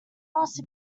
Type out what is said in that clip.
also